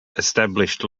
established